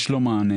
יש לו מענה.